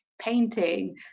painting